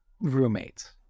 roommates